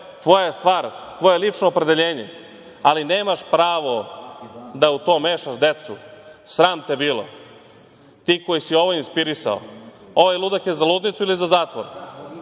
tvoja je stvar, tvoje je lično opredeljenje, ali nemaš pravo da u to mešaš decu. Sram te bilo, ti koji si ovo inspirisao. Ovaj ludak je za ludnicu ili za zatvor.